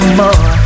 more